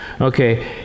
Okay